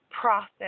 process